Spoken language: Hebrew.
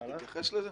אתה תתייחס לזה?